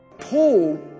Paul